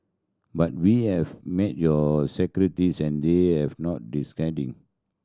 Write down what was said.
but we have met your secretaries and they have not